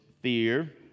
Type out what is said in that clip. fear